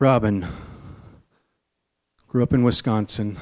robin grew up in wisconsin